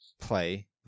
play